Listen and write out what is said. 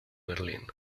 berlín